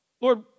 Lord